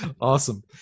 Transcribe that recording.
Awesome